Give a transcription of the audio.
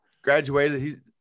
Graduated